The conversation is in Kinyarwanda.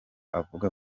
avuga